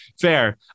Fair